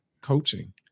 coaching